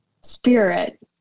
spirit